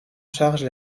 charge